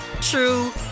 true